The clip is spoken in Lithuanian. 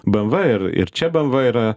bmv ir ir čia bmv yra